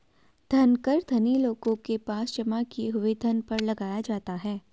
धन कर धनी लोगों के पास जमा किए हुए धन पर लगाया जाता है